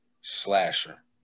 slasher